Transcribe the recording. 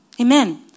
Amen